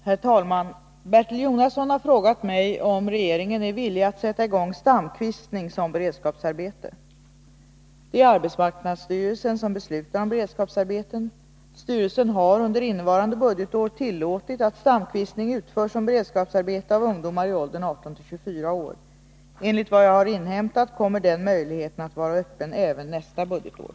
Herr talman! Bertil Jonasson har frågat mig om regeringen är villig att sätta i gång stamkvistning som beredskapsarbete. Det är arbetsmarknadsstyrelsen som beslutar om beredskapsarbeten. Styrelsen har under innevarande budgetår tillåtit att stamkvistning utförs som beredskapsarbete av ungdomar i åldern 18-24 år. Enligt vad jag har inhämtat kommer den möjligheten att vara öppen även nästa budgetår.